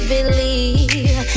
Believe